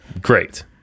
Great